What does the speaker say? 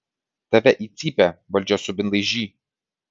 tave į cypę valdžios subinlaižy